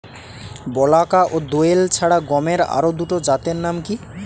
বলাকা ও দোয়েল ছাড়া গমের আরো দুটি জাতের নাম কি?